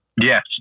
Yes